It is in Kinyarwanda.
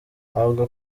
avuga